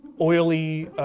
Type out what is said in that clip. oily